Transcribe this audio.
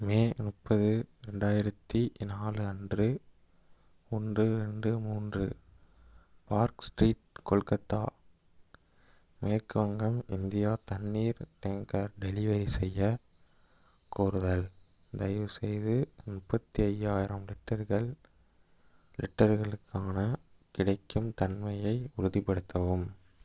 மே முப்பது ரெண்டாயிரத்தி நாலு அன்று ஒன்று ரெண்டு மூன்று பார்க் ஸ்ட்ரீட் கொல்கத்தா மேற்கு வங்கம் இந்தியா தண்ணீர் டேங்கர் டெலிவரி செய்யக் கோருதல் தயவுசெய்து முப்பத்தி ஐயாயிரம் லிட்டர்கள் லிட்டர்களுக்கான கிடைக்கும் தன்மையை உறுதிப்படுத்தவும்